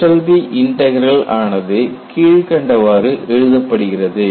Eshelby integral Eshelbys integral ஆனது கீழ்க்கண்டவாறு எழுதப்படுகிறது